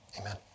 amen